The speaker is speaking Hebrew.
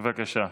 בבקשה.